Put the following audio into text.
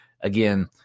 Again